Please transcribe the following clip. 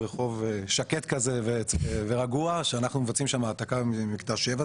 רחוב שקט כזה ורגוע שאנחנו מבצעים שם העתקה במקטע שבע,